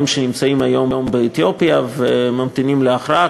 שנמצאים היום באתיופיה וממתינים להכרעה.